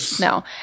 No